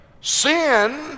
Sin